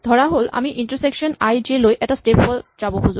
ধৰাহ'ল আমি intersection I J লৈ এটা স্টেপ ত যাব খোজো